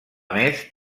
més